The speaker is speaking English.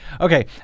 Okay